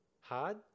hard